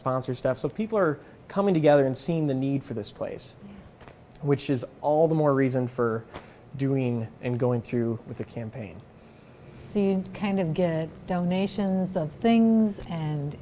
sponsor stuff so people are coming together and seen the need for this place which is all the more reason for doing and going through with the campaign scene kind of get donations of things and